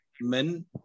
men